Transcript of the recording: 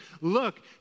look